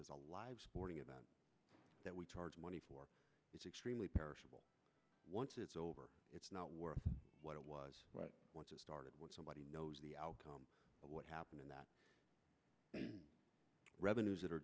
it's a live sporting event that we charge money for it's extremely perishable once it's over it's not worth what it was once it started what somebody knows the outcome of what happened in that revenues that are